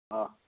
ஆ